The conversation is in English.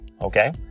Okay